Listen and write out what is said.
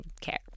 care